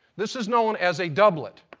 this is known as a doublet.